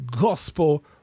Gospel